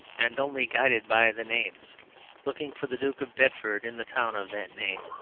and only guided by the names looking for the duke of bedford in the town of that name,